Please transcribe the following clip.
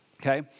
okay